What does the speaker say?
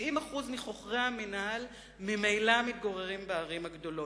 70% מחוכרי המינהל ממילא מתגוררים בערים הגדולות.